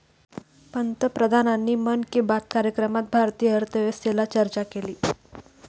पंतप्रधानांनी मन की बात कार्यक्रमात भारतीय अर्थव्यवस्थेवर चर्चा केली